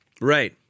Right